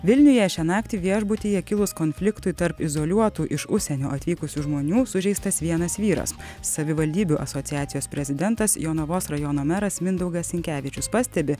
vilniuje šią naktį viešbutyje kilus konfliktui tarp izoliuotų iš užsienio atvykusių žmonių sužeistas vienas vyras savivaldybių asociacijos prezidentas jonavos rajono meras mindaugas sinkevičius pastebi